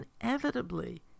inevitably